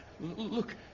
Look